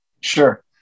Sure